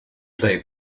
play